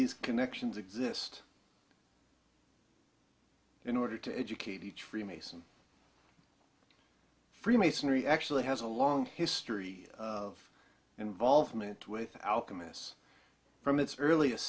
these connections exist in order to educate each freemasons freemasonry actually has a long history of involvement with alchemy us from its earliest